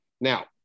Now